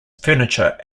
furniture